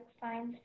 science